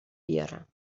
بیارم